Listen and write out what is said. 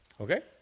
Okay